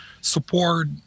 support